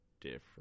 different